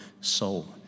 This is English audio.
soul